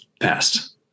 passed